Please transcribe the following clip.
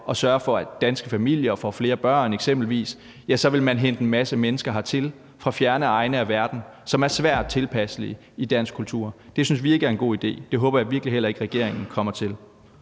at sørge for, at danske familier får flere børn, så vil hente en masse mennesker hertil fra fjerne egne af verden, som er svære at tilpasse til den danske kultur. Det synes vi ikke er en god idé. Det håber jeg virkelig heller ikke at regeringen kommer til